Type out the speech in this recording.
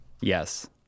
Yes